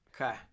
okay